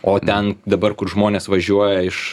o ten dabar kur žmonės važiuoja iš